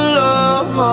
love